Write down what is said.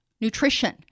nutrition